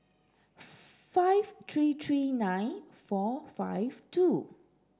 five three three nine four five two